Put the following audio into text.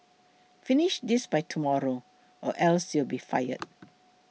finish this by tomorrow or else you'll be fired